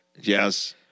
Yes